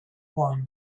one